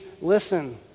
listen